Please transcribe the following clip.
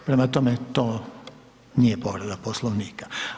Prema tome, to nije povreda Poslovnika.